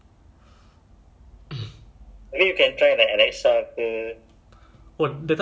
I think because they also got money ah so their apartment like one room one bedroom ah so like those studio ah